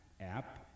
app